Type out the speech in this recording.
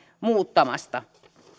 muuttamasta